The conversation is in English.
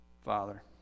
Father